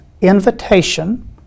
invitation